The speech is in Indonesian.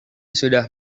sudah